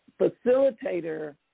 facilitator